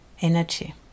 energy